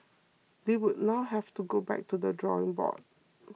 they would now have to go back to the drawing board